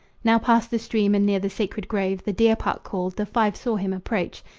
now past the stream and near the sacred grove the deer-park called, the five saw him approach.